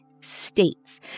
states